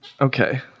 Okay